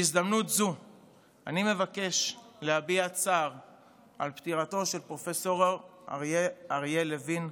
בהזדמנות זו אני מבקש להביע צער על פטירתו של פרופ' אריה לוין,